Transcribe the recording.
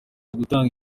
ugutanga